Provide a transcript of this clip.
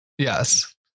Yes